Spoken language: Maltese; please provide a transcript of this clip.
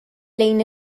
lejn